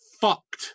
fucked